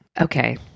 Okay